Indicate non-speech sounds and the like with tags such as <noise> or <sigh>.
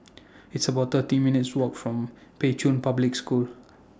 <noise> It's about thirty minutes' Walk from Pei Chun Public School